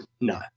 no